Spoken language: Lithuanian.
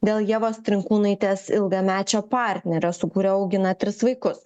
dėl ievos trinkūnaitės ilgamečio partnerio su kuriuo augina tris vaikus